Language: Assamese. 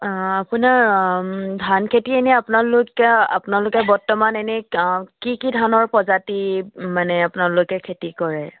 আপোনাৰ ধান খেতি এনে আপোনালোকে আপোনালোকে বৰ্তমান এনেই কি কি ধানৰ প্ৰজাতি মানে আপোনালোকে খেতি কৰে